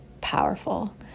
powerful